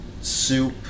soup